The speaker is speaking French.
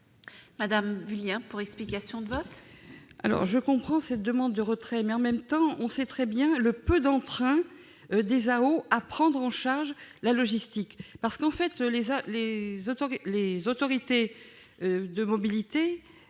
Michèle Vullien, pour explication de vote.